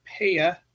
Paya